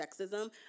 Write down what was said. sexism